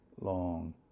long